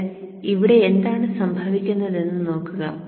എന്നിട്ട് ഇവിടെ എന്താണ് സംഭവിക്കുന്നതെന്ന് നോക്കുക